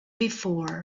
before